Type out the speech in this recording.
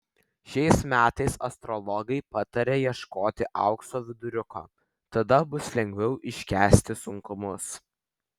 šiais metais astrologai pataria ieškoti aukso viduriuko tada bus lengviau iškęsti sunkumus